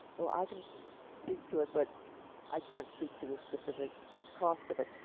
well, i can so speak to it but i can't speak to the specific cost of it.